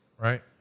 Right